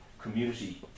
community